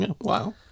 Wow